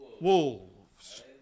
wolves